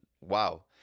wow